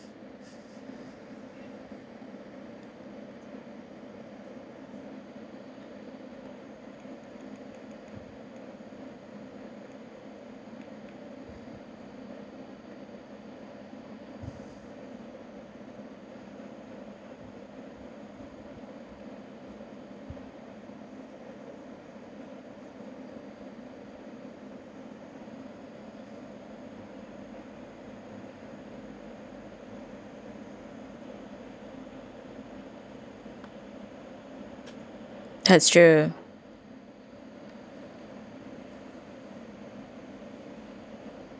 that's true